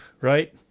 right